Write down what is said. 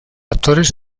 actores